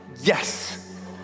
yes